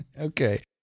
Okay